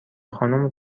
خانم